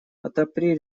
отопри